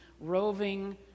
roving